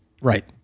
Right